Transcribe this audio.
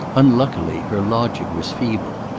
unluckily, her logic was feeble.